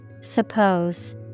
Suppose